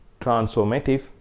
transformative